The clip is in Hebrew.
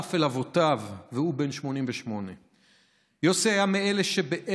נאסף אל אבותיו והוא בן 88. יוסי היה מאלה שבעשר